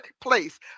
place